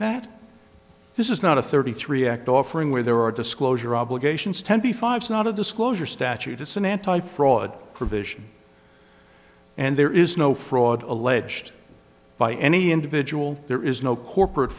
that this is not a thirty three act offering where there are disclosure obligations twenty five cents out of disclosure statute it's an anti fraud provision and there is no fraud alleged by any individual there is no corporate